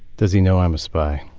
does he know i'm a spy?